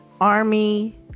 Army